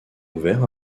ouvert